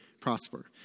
prosper